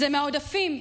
זה מעודפים.